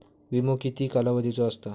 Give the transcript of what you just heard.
विमो किती कालावधीचो असता?